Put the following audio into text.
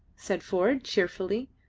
said ford, cheerfully,